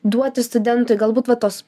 duoti studentui galbūt va tos